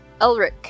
elric